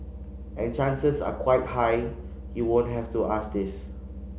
and chances are quite high you won't have to ask this